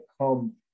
come